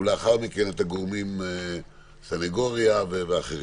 את הסנגוריה ואת הגורמים האחרים.